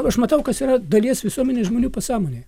aš matau kas yra dalies visuomenės žmonių pasąmonėje